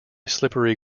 slippery